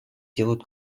делают